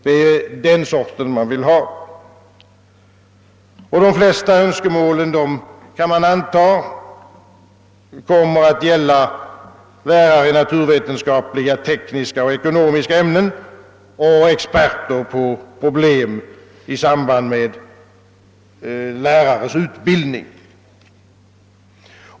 Det är den sorten man vill ha. De flesta önskemålen, kan man anta, kommer att gälla lärare i naturvetenskapliga, tekniska och ekonomiska ämnen och experter på problem i samband med lärares utbildning.